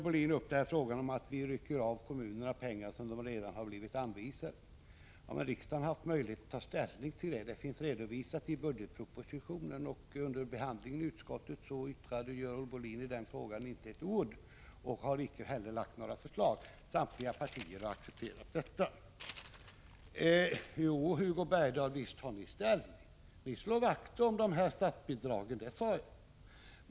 Sedan påstod Görel Bohlin att vi tar ifrån kommunerna pengar som de redan blivit anvisade. Till den saken har riksdagen haft möjlighet att ta ställning. Frågan redovisas i budgetpropositionen, och under behandlingen i utskottet sade Görel Bohlin inte ett ord om den saken. Hon har inte heller lagt fram några förslag. Samtliga partier har accepterat detta. Jo, Hugo Bergdahl, visst tar ni ställning. Ni slår vakt om de här statsbidragen.